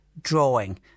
drawing